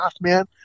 man